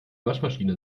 waschmaschine